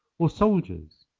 or soldiers.